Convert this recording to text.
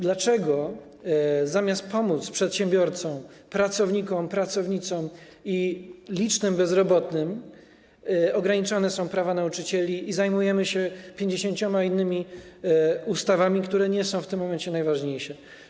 Dlaczego zamiast pomocy przedsiębiorcom, pracownikom, pracownicom i licznym bezrobotnym, ograniczane są prawa nauczycieli i zajmujemy się 50 innymi ustawami, które nie są w tym momencie najważniejsze?